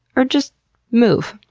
or just move.